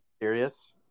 serious